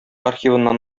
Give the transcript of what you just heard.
архивыннан